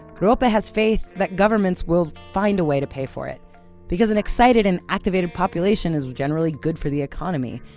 roope ah has faith that governments will find a way to pay for it because an excited and activated population is generally good for the economy.